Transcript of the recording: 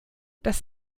das